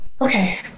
okay